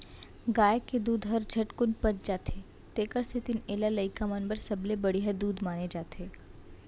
गाय के दूद हर झटकुन पच जाथे तेकर सेती एला लइका मन बर सबले बड़िहा दूद माने जाथे